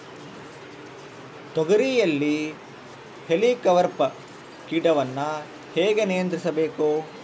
ತೋಗರಿಯಲ್ಲಿ ಹೇಲಿಕವರ್ಪ ಕೇಟವನ್ನು ಹೇಗೆ ನಿಯಂತ್ರಿಸಬೇಕು?